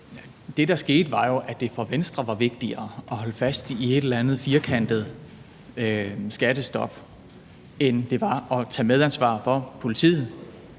Det, der skete, var jo, at det for Venstre var vigtigere at holde fast i et eller andet firkantet skattestop, end det var at tage medansvar for politiet,